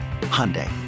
Hyundai